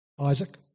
Isaac